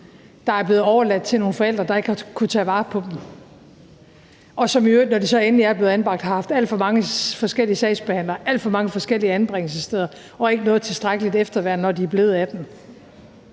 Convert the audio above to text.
der er blevet overladt til nogle forældre, der ikke har kunnet tage vare på dem, og som i øvrigt, når de så endelig er blevet anbragt, har haft alt for mange forskellige sagsbehandlere, alt for mange forskellige anbringelsessteder og ikke noget tilstrækkeligt efterværn, når de er blevet 18 år.